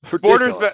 borders